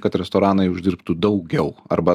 kad restoranai uždirbtų daugiau arba